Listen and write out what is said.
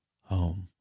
home